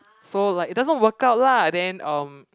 so like it doesn't work out lah then um